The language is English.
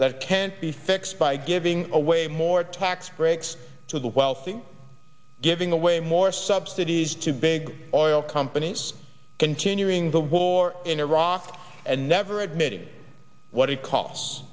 that can't be fixed by giving away more tax breaks to the wealthy giving away more subsidies to big oil companies continuing the war in iraq and never admitted what it costs